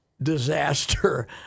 disaster